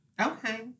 Okay